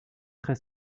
très